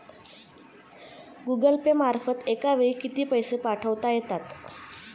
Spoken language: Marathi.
गूगल पे मार्फत एका वेळी किती पैसे पाठवता येतात?